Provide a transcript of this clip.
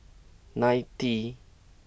ninety